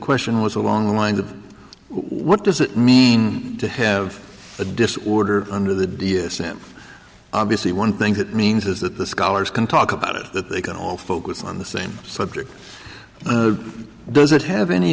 question was along the lines of what does it mean to have a disorder under the d s m obviously one thing that means is that the scholars can talk about it that they can all focus on the same subject does it have any